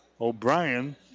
O'Brien